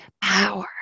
power